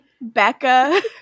Becca